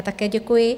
Také děkuji.